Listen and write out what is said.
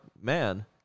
man